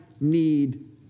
need